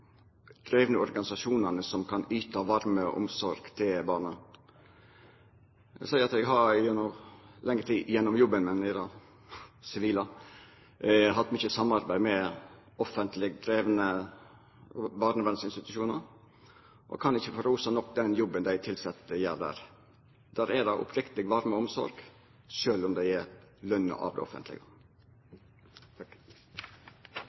organisasjonane som kan yta varme og omsorg til barna. Eg vil seia at eg gjennom lengre tid i jobben min i det sivile har hatt mykje samarbeid med offentleg drivne barnevernsinstitusjonar, og kan ikkje få rosa nok den jobben dei tilsette der gjer. Der er det oppriktig varme og omsorg, sjølv om dei er lønna av det offentlege.